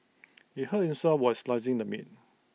he hurt himself while slicing the meat